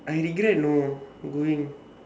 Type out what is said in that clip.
I regret you know going